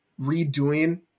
redoing